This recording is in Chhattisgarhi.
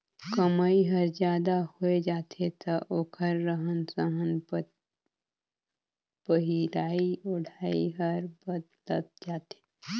कमई हर जादा होय जाथे त ओखर रहन सहन पहिराई ओढ़ाई हर बदलत जाथे